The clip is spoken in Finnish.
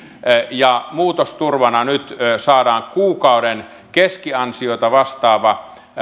ja muutosturvana nyt saadaan kuukauden keskiansiota vastaava